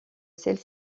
celle